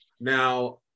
Now